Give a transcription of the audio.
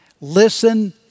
Listen